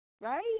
right